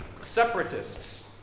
separatists